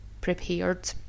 prepared